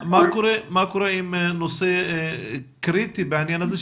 מה קורה עם נושא קריטי בעניין הזה,